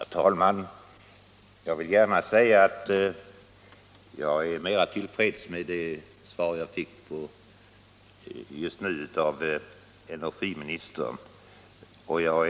Herr talman! Jag vill gärna säga att jag är mer till freds med det svar jag fick av energiministern just nu än med det jag fick tidigare.